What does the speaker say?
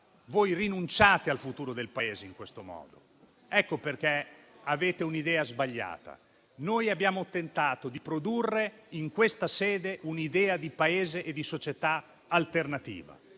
Voi rinunciate al futuro del Paese, in questo modo. Ecco perché avete un'idea sbagliata. Noi abbiamo tentato di produrre in questa sede un'idea di Paese e di società alternativa.